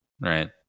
Right